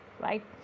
right